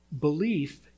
belief